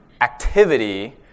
activity